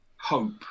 hope